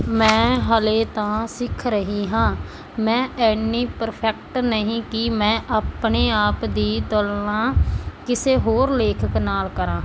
ਮੈਂ ਹੱਲੇ ਤਾਂ ਸਿੱਖ ਰਹੀ ਹਾਂ ਮੈਂ ਇੰਨੀ ਪਰਫੈਕਟ ਨਹੀਂ ਕਿ ਮੈਂ ਆਪਣੇ ਆਪ ਦੀ ਤੁਲਨਾ ਕਿਸੇ ਹੋਰ ਲੇਖਕ ਨਾਲ ਕਰਾਂ